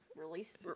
Release